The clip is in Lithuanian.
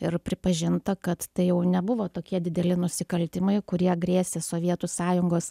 ir pripažinta kad tai jau nebuvo tokie dideli nusikaltimai kurie grėsė sovietų sąjungos